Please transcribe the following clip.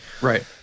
Right